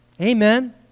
Amen